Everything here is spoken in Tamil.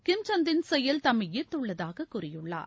கிம்சந்த்தின் செயல் தம்மை ஈர்த்துள்ளதாக கூறியுள்ளார்